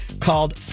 called